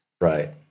Right